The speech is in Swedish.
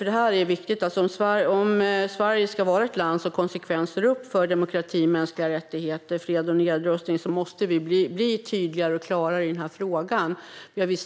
Det är viktigt att om Sverige ska vara ett land som konsekvent står upp för demokrati, mänskliga rättigheter, fred och nedrustning måste vi bli tydligare och klarare i den här frågan.